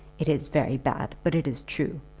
it is very bad, but it is true,